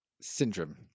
syndrome